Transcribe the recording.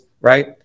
right